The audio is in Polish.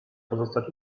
pozostać